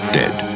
dead